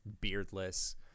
beardless